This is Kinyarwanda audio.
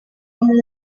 umuntu